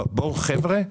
אבל חבר'ה,